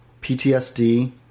ptsd